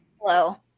Hello